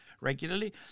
regularly